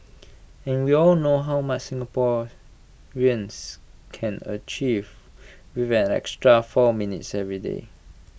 and we all know how much Singaporeans can achieve with an extra four minutes every day